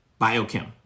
biochem